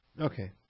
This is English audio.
Okay